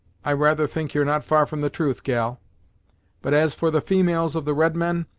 i rather think you're not far from the truth, gal but as for the females of the redmen,